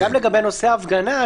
גם לגבי נושא ההפגנה,